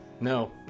no